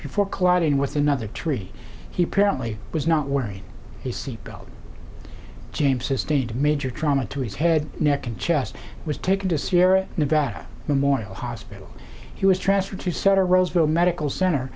before colliding with another tree he presently was not wearing a seatbelt james sustained major trauma to his head neck and chest was taken to sierra nevada memorial hospital he was transferred to set a roseville medical center